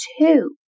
two